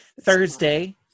Thursday